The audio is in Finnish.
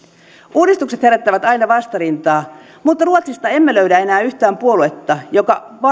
uudistukset herättävät aina vastarintaa mutta ruotsista emme löydä enää yhtään puoluetta joka